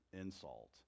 insult